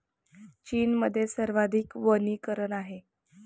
चीनमध्ये सर्वाधिक वनीकरण आहे